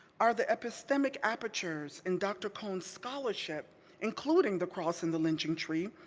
are the epistemic apertures in dr. cone's scholarship including the cross and the lynching tree,